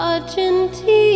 Argentina